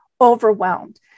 overwhelmed